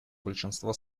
большинства